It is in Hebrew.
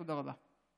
תודה רבה.